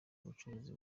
ubucuruzi